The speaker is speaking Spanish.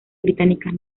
británicas